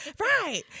right